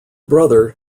brother